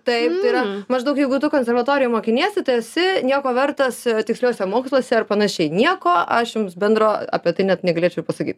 taip tai yra maždaug jeigu tu konservatorijoj mokiniesi tai esi nieko vertas tiksliuosiuose moksluose ar panašiai nieko aš jums bendro apie tai net negalėčiau pasakyt